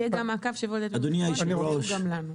שיהיה גם מעקב --- אדוני יושב הראש.